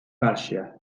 karşıya